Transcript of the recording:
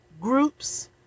groups